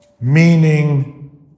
meaning